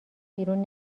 بیرون